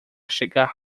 chegar